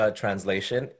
translation